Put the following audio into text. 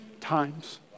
times